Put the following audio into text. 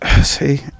see